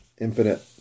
infinite